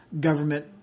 government